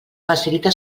facilita